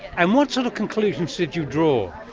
and what sort of conclusions did you draw?